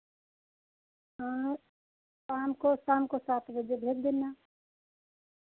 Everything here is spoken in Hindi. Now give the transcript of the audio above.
हाँ शाम को शाम को सात बजे भेज देना